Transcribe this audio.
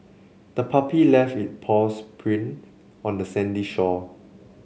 the puppy left its paws print on the sandy shore